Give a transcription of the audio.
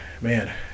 man